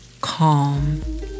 calm